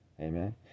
Amen